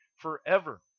forever